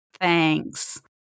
Thanks